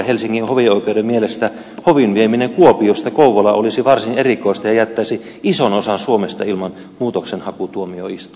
helsingin hovioikeuden mielestä hovin vieminen kuopiosta kouvolaan olisi varsin erikoista ja jättäisi ison osan suomesta ilman muutoksenhakutuomioistuinta